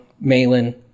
malin